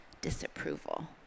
disapproval